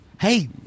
hey